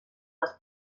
les